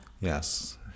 Yes